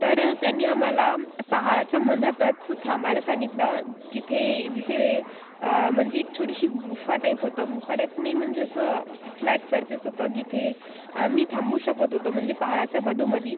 तर त्याने आम्हाला पहाडाच्या मंधातच थांबायला सांगितलं जिथे जिथे म्हणजे एक छोटीशी गुफा टाईप होतं गुफा टाईप नाही म्हणजे असं फ्लॅट सरफेस होतं जिथे आम्ही थांबू शकत होतो म्हणजे पहाडाच्या मधोमधी